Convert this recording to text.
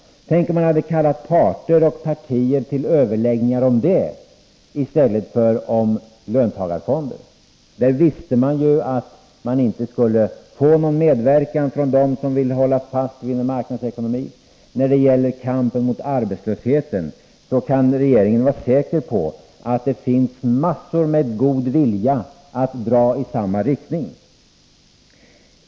Tänk om regeringen hade kallat parter och partier till överläggningar om det i stället för om löntagarfonder! Där visste man ju att man inte skulle få någon medverkan från dem som ville hålla fast vid en marknadsekonomi. När det gäller kampen mot arbetslösheten kan regeringen vara säker på att det finns massor med god vilja att dra i samma riktning.